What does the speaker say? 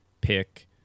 pick